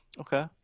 Okay